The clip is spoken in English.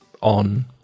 on